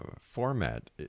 format